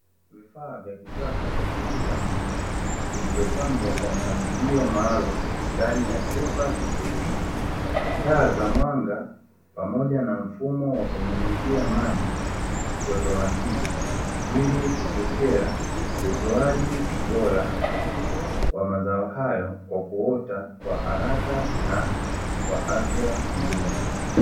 Vifaa vya kisasa vya kukuza miche, vilivyopangwa kwa mpangilio maalumu ndani ya chumba cha kilimo. Taa za mwanga pamoja na mfumo wa kunyunyizia maji kiautomatiki, ili kuchochea utoaji bora wa mazao hayo kwa kuota kwa haraka na kwa afya nzuri.